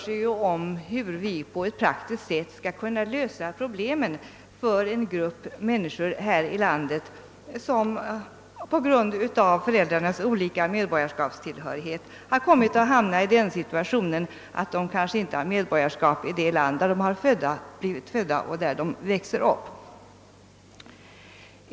Frågan gäller hur vi på ett praktiskt sätt skall kunna lösa problemen för en grupp människor här i landet som på grund av föräldrarnas olika medborgarskapstillhörighet har kommit att hamna i en sådan situation, att de inte har medborgarskap i det land där de blivit födda och där de vuxit upp.